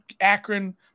Akron